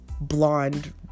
blonde